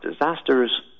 disasters